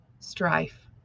strife